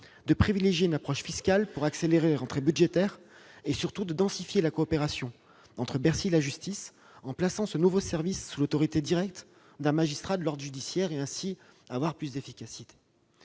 de privilégier une approche fiscale pour accélérer les rentrées budgétaires et, surtout, de densifier la coopération entre Bercy et la justice, en plaçant ce nouveau service sous l'autorité directe d'un magistrat de l'ordre judiciaire et, ainsi, d'avoir plus d'efficacité.